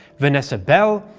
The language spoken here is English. vanessa bell,